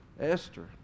Esther